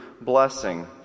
blessing